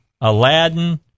aladdin